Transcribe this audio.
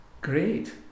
Great